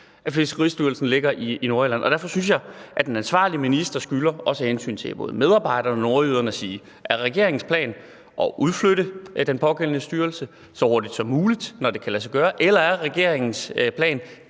at Fiskeristyrelsen ligger i Nordjylland. Derfor synes jeg, at den ansvarlige minister af hensyn til både medarbejderne og nordjyderne skylder et svar. Er regeringens plan at udflytte den pågældende styrelse så hurtigt som muligt, når det kan lade sig gøre, eller er regeringens plan